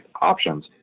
options